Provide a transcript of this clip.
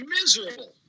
miserable